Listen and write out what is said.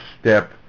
step